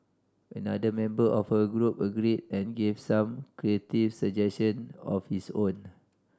another member of her group agreed and gave some creative suggestion of his own